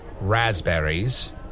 Raspberries